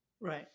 Right